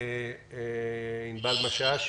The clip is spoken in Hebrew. עינבל משש.